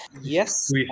yes